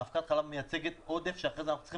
אבקת חלב מייצגת עודף שאחרי זה אנחנו צריכים